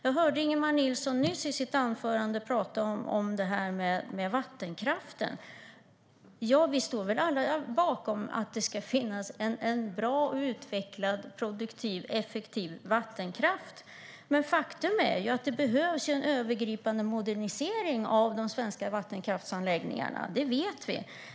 Jag hörde Ingemar Nilsson nyss i sitt anförande tala om vattenkraften. Vi står väl alla bakom att det ska finnas en bra, utvecklad, produktiv och effektiv vattenkraft. Faktum är att det behövs en övergripande modernisering av de svenska vattenkraftsanläggningarna. Det vet vi.